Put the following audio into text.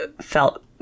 felt